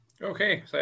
Okay